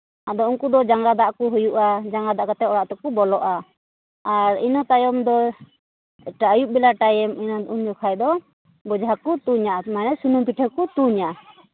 ᱟᱫᱚ ᱩᱱᱠᱩ ᱫᱚ ᱡᱟᱸᱜᱟ ᱫᱟᱜ ᱠᱚ ᱦᱩᱭᱩᱜᱼᱟ ᱡᱟᱸᱜᱟ ᱫᱟᱜ ᱠᱟᱛᱮ ᱚᱲᱟᱜ ᱛᱮᱠᱚ ᱵᱚᱞᱚᱜᱼᱟ ᱟᱨ ᱤᱱᱟᱹ ᱛᱟᱭᱚᱢ ᱫᱚ ᱟᱹᱭᱩᱵ ᱵᱮᱲᱟ ᱴᱟᱭᱤᱢ ᱩᱱ ᱡᱚᱠᱷᱟᱜ ᱫᱚ ᱵᱚᱡᱟ ᱠᱚ ᱛᱩᱧᱟ ᱢᱟᱱᱮ ᱥᱩᱱᱩᱢ ᱯᱤᱴᱷᱟᱹ ᱠᱚ ᱛᱩᱧᱟ